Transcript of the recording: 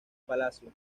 palacio